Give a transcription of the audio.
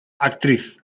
actriz